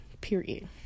period